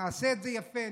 נעשה את זה יפה,